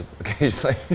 occasionally